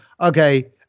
okay